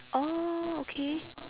orh okay